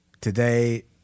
today